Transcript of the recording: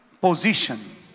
position